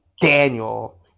Daniel